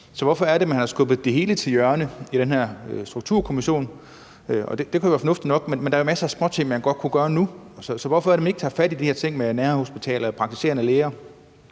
Så hvorfor er det, man har skubbet det hele til hjørne i den her strukturkommission? Den kan jo være fornuftig nok, men der er masser af småting, man godt kunne gøre nu. Så hvorfor er det, man ikke tager fat i de her ting med nærhospitaler og de praktiserende læger?